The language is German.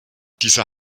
dieser